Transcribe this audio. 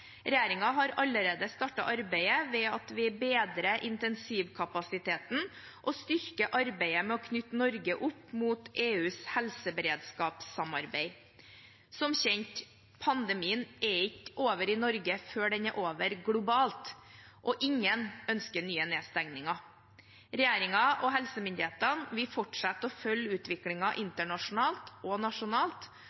har allerede startet arbeidet ved at vi bedrer intensivkapasiteten og styrker arbeidet med å knytte Norge opp mot EUs helseberedskapssamarbeid. Som kjent – pandemien er ikke over i Norge før den er over globalt. Ingen ønsker nye nedstengninger. Regjeringen og helsemyndighetene fortsetter å følge